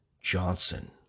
Johnson